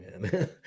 man